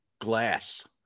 Glass